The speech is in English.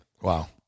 Wow